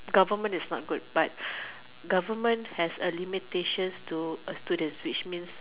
government is not good but government has a limitations to a student which means